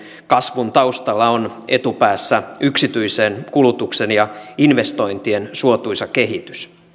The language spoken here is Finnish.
kasvun taustalla on etupäässä yksityisen kulutuksen ja investointien suotuisa kehitys